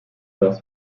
das